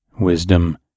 wisdom